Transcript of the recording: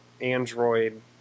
Android